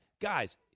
guys